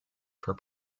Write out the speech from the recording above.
for